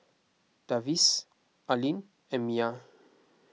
Davis Arlyn and Miya